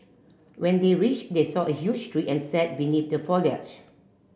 when they reached they saw a huge tree and sat beneath the foliage